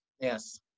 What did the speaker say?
Yes